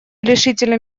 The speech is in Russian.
решительным